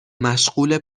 مشغوله